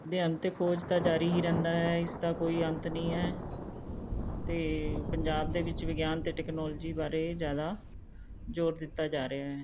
ਅਧਿਐਨ ਅਤੇ ਖੋਜ ਤਾਂ ਜਾਰੀ ਹੀ ਰਹਿੰਦਾ ਹੈ ਇਸਦਾ ਕੋਈ ਅੰਤ ਨਹੀਂ ਹੈ ਅਤੇ ਪੰਜਾਬ ਦੇ ਵਿੱਚ ਵਿਗਿਆਨ ਅਤੇ ਟੈਕਨੋਲਜੀ ਬਾਰੇ ਜ਼ਿਆਦਾ ਜ਼ੋਰ ਦਿੱਤਾ ਜਾ ਰਿਹਾ ਹੈ